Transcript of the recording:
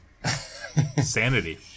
Sanity